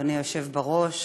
אדוני היושב בראש,